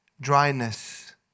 dryness